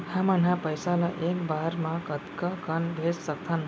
हमन ह पइसा ला एक बार मा कतका कन भेज सकथन?